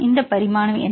இந்த பரிமாணம் என்ன